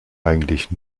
eigentlich